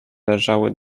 leżały